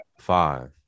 five